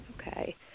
Okay